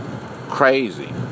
crazy